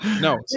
No